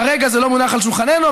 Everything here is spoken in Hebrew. כרגע זה לא מונח על שולחננו,